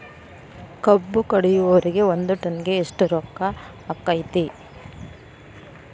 ಕಬ್ಬು ಕಡಿಯುವರಿಗೆ ಒಂದ್ ಟನ್ ಗೆ ಎಷ್ಟ್ ರೊಕ್ಕ ಆಕ್ಕೆತಿ?